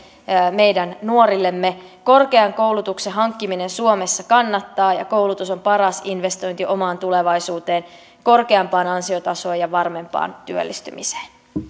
meidän nuorillemme korkean koulutuksen hankkiminen suomessa kannattaa ja koulutus on paras investointi omaan tulevaisuuteen korkeampaan ansiotasoon ja varmempaan työllistymiseen